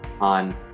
on